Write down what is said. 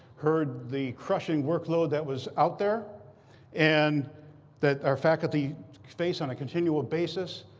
heard the crushing workload that was out there and that our faculty face on a continual basis.